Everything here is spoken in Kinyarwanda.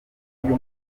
mwaka